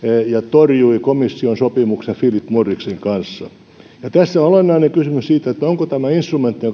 ja torjui komission sopimuksen philip morrisin kanssa tässä on olennainen kysymys se onko tämä instrumentti